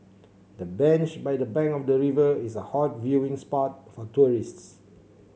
the bench by the bank of the river is a hot viewing spot for tourists